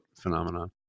phenomenon